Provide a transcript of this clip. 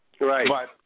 Right